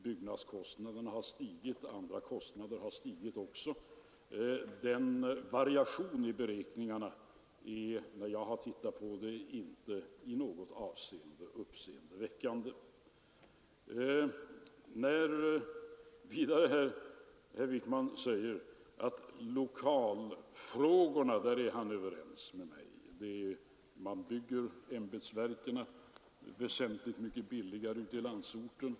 Byggkostnaderna har stigit och det har andra kostnader också gjort. Den variation som finns i beräkningarna är inte i något avseende uppseendeväckande. Herr Wijkman säger att han är överens med mig beträffande lokalfrågorna —- men nu bygger ämbetsverken väsentligt mycket billigare i landsorten.